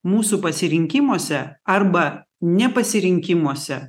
mūsų pasirinkimuose arba ne pasirinkimuose